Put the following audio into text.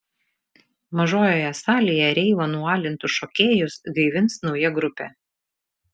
mažojoje salėje reivo nualintus šokėjus gaivins nauja grupė